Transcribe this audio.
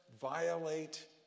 violate